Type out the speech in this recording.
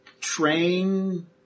train